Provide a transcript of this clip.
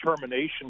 termination